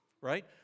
right